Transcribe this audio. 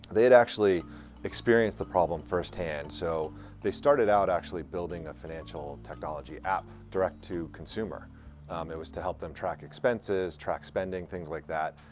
they had actually experienced the problem firsthand, so they started out actually building a financial technology app direct-to-consumer. it was to help them track expenses, track spending, things like that.